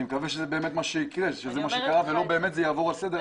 אני מקווה שזה באמת מה שיקרה ושלא יעברו הלאה לסדר-היום.